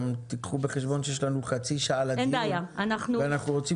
תיקחו בחשבון שיש לנו חצי שעה לדיון ואנחנו רוצים